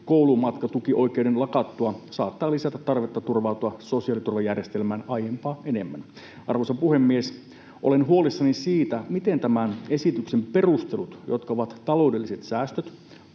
koulumatkatukioikeuden lakattua saattaa lisätä tarvetta turvautua sosiaaliturvajärjestelmään aiempaa enemmän. Arvoisa puhemies! Olen huolissani siitä, miten tämän esityksen perustelut, jotka ovat taloudelliset säästöt,